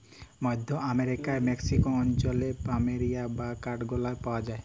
মধ্য আমরিকার মেক্সিক অঞ্চলে প্ল্যামেরিয়া বা কাঠগলাপ পাওয়া যায়